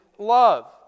love